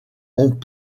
ont